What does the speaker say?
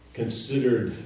considered